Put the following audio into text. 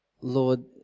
Lord